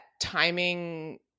timing